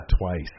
Twice